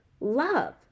love